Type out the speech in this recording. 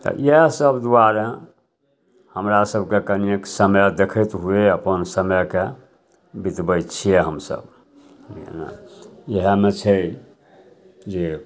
तऽ इएहसब दुआरे हमरासभके कनिए समय देखैत हुए अपन समयके बितबै छिए हमसभ बुझलिए ने इएहमे छै जे